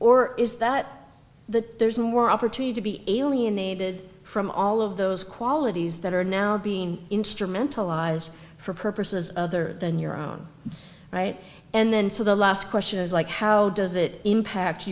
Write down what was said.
or is that the there's more opportunity to be alienated from all of those qualities that are now being instrumental lies for purposes other than your own right and then so the last question is like how does it impact